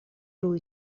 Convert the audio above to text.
روی